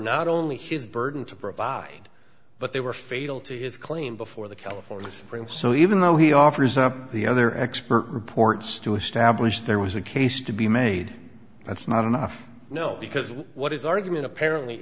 not only his burden to provide but they were fatal to his claim before the california supreme so even though he offers up the other expert reports to establish there was a case to be made that's not enough no because what his argument apparently